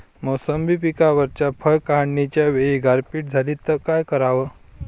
मोसंबी पिकावरच्या फळं काढनीच्या वेळी गारपीट झाली त काय कराव?